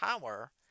power